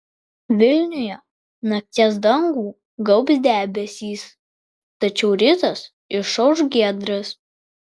vilniuje nakties dangų gaubs debesys tačiau rytas išauš giedras